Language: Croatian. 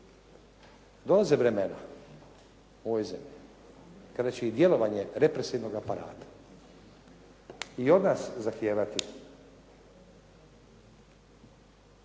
dolaze vremena u ovoj zemlji kada će i djelovanje represivnog aparata i od nas zahtijevati